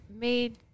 made